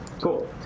Cool